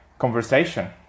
conversation